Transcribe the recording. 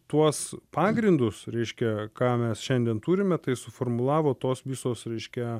tuos pagrindus reiškia ką mes šiandien turime tai suformulavo tos visos reiškia